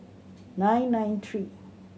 nine nine three